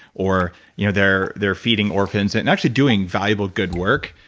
or you know they're they're feeding orphans. and and actually doing valuable good work.